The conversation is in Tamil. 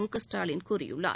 மு க ஸ்டாலின் கூறியுள்ளார்